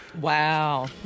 Wow